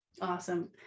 Awesome